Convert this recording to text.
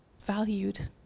valued